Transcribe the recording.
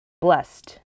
blessed